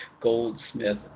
Goldsmith